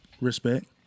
Respect